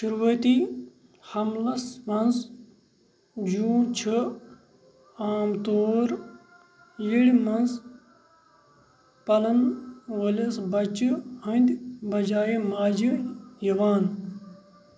شُروٗعٲتی حملس منٛز جوٗن چھُ عام طور یٔڑ منٛز پَلن وٲلِس بچہِ ہٕنٛدۍ بجاے ماجہِ یِوان